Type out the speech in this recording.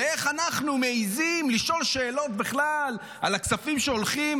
ואיך אנחנו מעיזים לשאול שאלות בכלל על הכספים שהולכים,